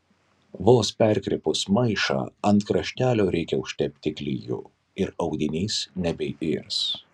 vos perkirpus maišą ant kraštelio reikia užtepti klijų ir audinys nebeirs